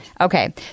Okay